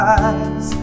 eyes